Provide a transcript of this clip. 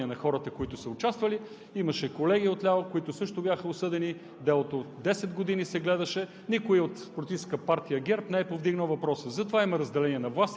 да взимаме страна по дадено дело или друго. Един пример: в 41-то народно събрание – на хората, които са участвали, имаше колеги отляво, които също бяха осъдени, делото